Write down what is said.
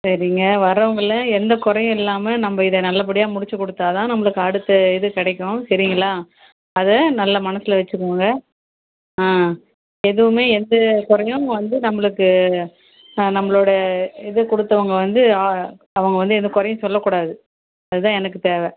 சரிங்க வரவங்களெலாம் எந்த குறையும் இல்லாமல் நம்ப இதை நல்லபடியாக முடிச்சுக் கொடுத்தாதான் நம்மளுக்கு அடுத்த இது கிடைக்கும் சரிங்களா அதை நல்ல மனசில் வச்சுக்கோங்க ஆ எதுவுமே எந்த குறையும் வந்து நம்மளுக்கு நம்மளோடய இது கொடுத்தவங்க வந்து அவங்க வந்து எந்தக் குறையும் சொல்லக்கூடாது அதுதான் எனக்கு தேவை